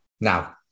Now